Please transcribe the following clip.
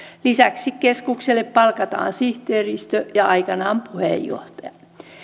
lisäksi keskukselle palkataan sihteeristö ja aikanaan puheenjohtaja